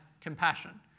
compassion